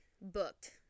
booked